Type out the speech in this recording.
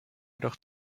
jedoch